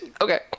Okay